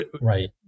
Right